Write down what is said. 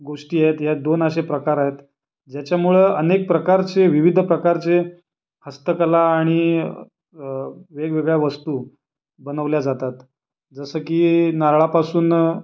गोष्टी आहेत ह्यात दोन असे प्रकार आहेत ज्याच्यामुळं अनेक प्रकारचे विविध प्रकारचे हस्तकला आणि वेगवेगळ्या वस्तू बनवल्या जातात जसं की नारळापासून